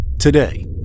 today